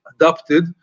adopted